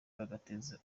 bagateza